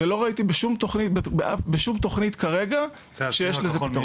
ולא ראיתי בשום תוכנית כרגע שיש לזה פתרון.